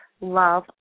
love